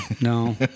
no